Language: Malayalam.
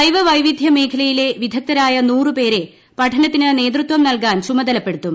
ജൈവവൈവിധ്യമേഖലയിലെ വിദഗ്ധരായ നൂറ് പേരെ പഠനത്തിന് നേതൃത്വം നൽകാൻ ചുമതലപ്പെടുത്തും